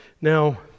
Now